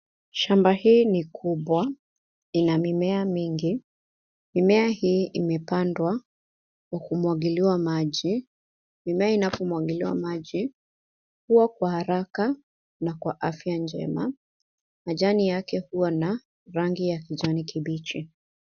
Shamba hii ni kubwa, ina mimea mingi. Mimea hii imepandwa kwa kumwagiliwa maji. Mimea inapomwagiliwa maji, hukua kwa haraka na kwa afya njema. Majani yake huwa na rangi ya kijani kibichi.